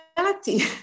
reality